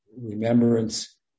remembrance